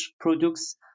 products